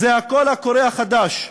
זה הקול הקורא החדש,